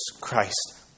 Christ